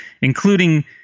including